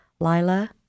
Lila